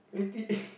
it's the